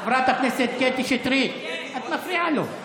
חברת הכנסת קטי שטרית, את מפריעה לו.